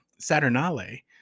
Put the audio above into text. Saturnale